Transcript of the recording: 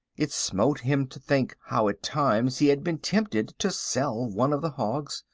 it smote him to think how at times he had been tempted to sell one of the hogs,